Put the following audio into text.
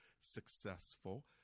successful